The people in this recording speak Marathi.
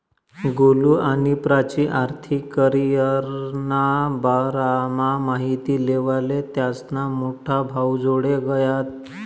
गोलु आणि प्राची आर्थिक करीयरना बारामा माहिती लेवाले त्यास्ना मोठा भाऊजोडे गयात